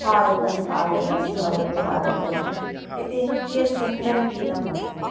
भारतं भारतं भवतु भारतम् इति कियत् सुन्दरगीतम् अस्ति